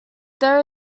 there